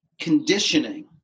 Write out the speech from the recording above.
conditioning